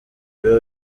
biba